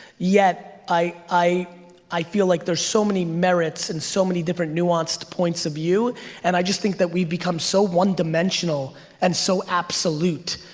yet i i feel like there's so many merits and so many different nuanced points of view and i just think that we've become so one dimensional and so absolute.